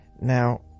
Now